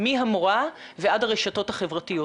מהמורה ועד הרשתות החברתיות.